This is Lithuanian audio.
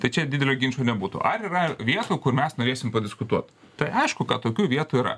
tai čia didelio ginčo nebūtų ar yra vietų kur mes norėsim padiskutuot tai aišku kad tokių vietų yra